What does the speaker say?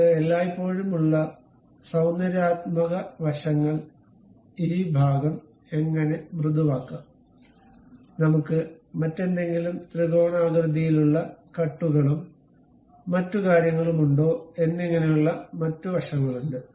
നമുക്ക് എല്ലായ്പ്പോഴും ഉള്ള സൌന്ദര്യാത്മക വശങ്ങൾ ഈ ഭാഗം എങ്ങനെ മൃദുവാക്കാം നമുക്ക് മറ്റെന്തെങ്കിലും ത്രികോണാകൃതിയിലുള്ള കട്ടുകളും മറ്റ് കാര്യങ്ങളും ഉണ്ടോ എന്നിങ്ങനെയുള്ള മറ്റ് വശങ്ങളുണ്ട്